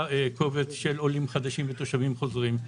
קובץ של עולים חדשים ותושבים חוזרים.